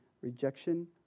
rejection